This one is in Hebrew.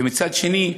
ומצד שני,